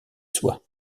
soi